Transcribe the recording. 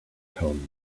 tone